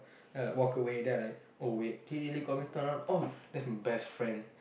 then I like walk away then I'm like did they really call me turn around oh that's my best friend